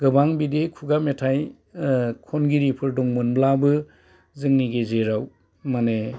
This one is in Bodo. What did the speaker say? गोबां बिदि खुगा मेथाइ खनगिरिफोर दंमोनब्लाबो जोंनि गेजेराव माने